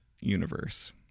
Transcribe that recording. universe